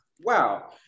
Wow